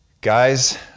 Guys